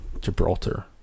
Gibraltar